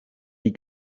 die